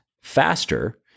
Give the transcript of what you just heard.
faster